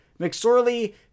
McSorley